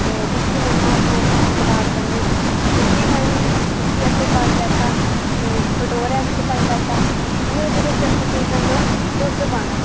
दिक्खी लैना अपने स्हाब कताव कन्नै सूजी लैनी उस्सी असैं पाई लैता कुसै कटोरै बिच्च पाई लैत्ता फ्ही असैं ओह्दै बिच्च केह् करना दुध्द पाना